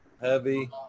Heavy